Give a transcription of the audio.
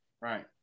Right